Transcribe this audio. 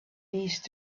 these